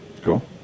Cool